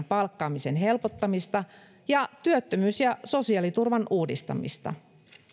palkkaamisen helpottamista ja työttömyys ja sosiaaliturvan uudistamista